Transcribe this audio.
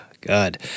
God